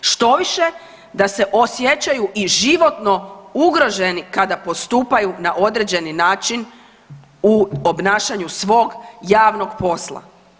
Štoviše, da se osjećaju i životno ugroženi kada postupaju na određeni način u obnašanju svog javnog posla.